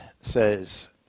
says